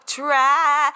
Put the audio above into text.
try